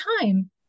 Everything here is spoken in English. time